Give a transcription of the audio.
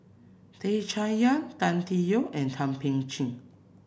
Tan Chay Yan Tan Tee Yoke and Thum Ping Tjin